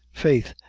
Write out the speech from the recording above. faith,